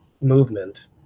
movement